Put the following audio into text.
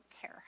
care